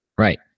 Right